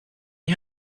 you